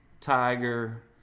Tiger